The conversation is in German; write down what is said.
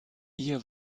ihr